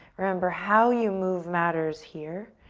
remember how you move matters here.